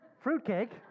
Fruitcake